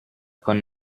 con